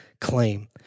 claim